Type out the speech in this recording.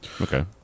okay